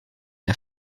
der